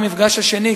המפגש השני,